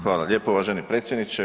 Hvala lijepo uvaženi predsjedniče.